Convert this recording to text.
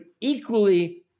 equally